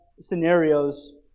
scenarios